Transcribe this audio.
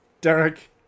Derek